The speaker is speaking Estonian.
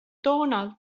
donald